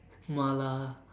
Mala